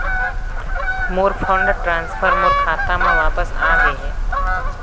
मोर fund transfer मोर खाता म वापस आ गे हे